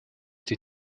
été